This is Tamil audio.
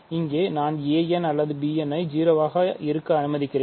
இங்கே நான் a n அல்லது b n ஐ 0 ஆக இருக்க அனுமதிக்கிறேன்